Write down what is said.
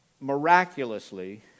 miraculously